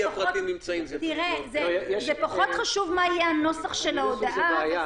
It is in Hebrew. זה פחות חשוב מה יהיה הנוסח של ההודעה.